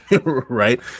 Right